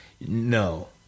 No